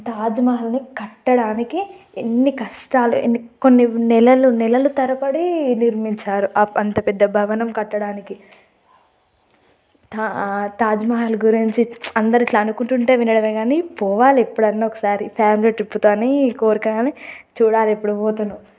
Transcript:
తాజ్మహల్ని కట్టడానికి ఎన్ని కష్టాలు ఎన్ని కొన్ని నెలలు నెలలు తరబడి నిర్మించారు అంత పెద్ద భవనం కట్టడానికి తాజ్మహల్ గురించి అందరూ ఇట్లా అనుకుంటుంటే వినడమే కాని పోవాలి ఎప్పుడన్నా ఒకసారి ఫ్యామిలీ ట్రిప్తో అని కోరిక కాని చూడాలి ఎప్పుడు పోతానో